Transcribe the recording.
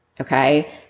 okay